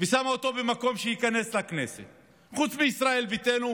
ושמה אותו במקום שייכנס לכנסת חוץ מישראל ביתנו,